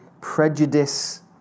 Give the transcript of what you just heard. prejudice